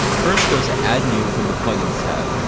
first, go to add new from the plugins tab.